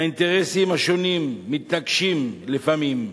האינטרסים השונים מתנגשים לפעמים,